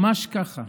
ממש כך.